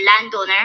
landowner